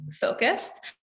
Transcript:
focused